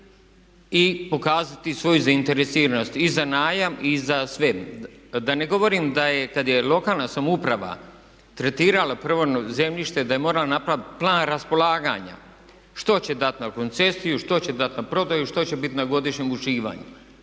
i pokazati svoju zainteresiranost i za najam i za sve. Da ne govorim da je kad je lokalna samouprava tretirala prvo zemljište da je morala napraviti plan raspolaganja što će dat na koncesiju, što će dat na prodaju, što će bit na godišnjem uživanju.